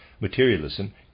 materialism